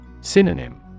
Synonym